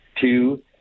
two